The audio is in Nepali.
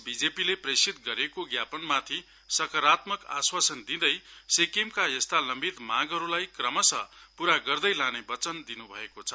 बीजेपीले प्रेषित गरेको ज्ञापनमाथि सकारात्मक आवश्वासन दिँदै सिक्किमका यस्ता लम्बित मागहरूलाई क्रमश पूरा गर्दै लाने वचन दिन् भएको छ